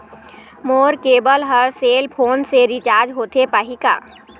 मोर cable हर cell phone से recharge होथे पाही का?